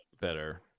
better